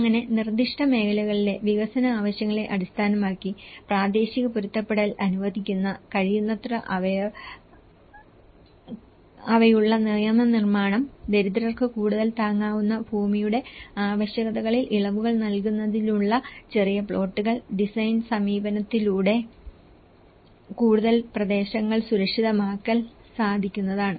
അങ്ങനെ നിർദ്ദിഷ്ട മേഖലകളിലെ വികസന ആവശ്യങ്ങളെ അടിസ്ഥാനമാക്കി പ്രാദേശിക പൊരുത്തപ്പെടുത്തൽ അനുവദിക്കാൻ കഴിയുന്നത്ര അയവുള്ള നിയമനിർമ്മാണം ദരിദ്രർക്ക് കൂടുതൽ താങ്ങാനാവുന്ന ഭൂമിയുടെ ആവശ്യകതകളിൽ ഇളവുകൾ നൽകുന്നതിനുള്ള ചെറിയ പ്ലോട്ടുകൾ ഡിസൈൻ സമീപനത്തിലൂടെ കൂടുതൽ പ്രദേശങ്ങൾ സുരക്ഷിതമാക്കാൻ സാധിക്കുന്നതാണ്